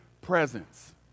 presence